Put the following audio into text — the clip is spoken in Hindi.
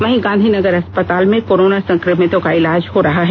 वहीं गांधीनगर अस्पताल में कोरोना संक्रमितों का इलाज हो रहा है